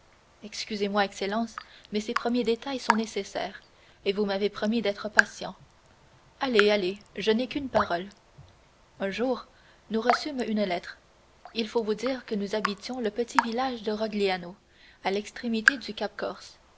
excusez-moi excellence mais ces premiers détails sont nécessaires et vous m'avez promis d'être patient allez allez je n'ai qu'une parole un jour nous reçûmes une lettre il faut vous dire que nous habitions le petit village de rogliano à l'extrémité du